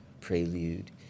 Prelude